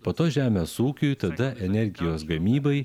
po to žemės ūkiui tada energijos gamybai